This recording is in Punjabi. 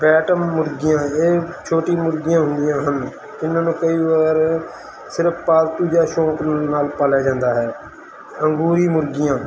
ਬੈਟਮ ਮੁਰਗੀਆਂ ਇਹ ਛੋਟੀਆਂ ਮੁਰਗੀਆਂ ਹੁੰਦੀਆਂ ਹਨ ਇਹਨਾਂ ਨੂੰ ਕਈ ਵਾਰ ਸਿਰਫ ਪਾਲਤੂ ਜਾਂ ਸ਼ੌਕ ਨਾਲ ਪਾਲਿਆ ਜਾਂਦਾ ਹੈ ਅੰਗੂਰੀ ਮੁਰਗੀਆਂ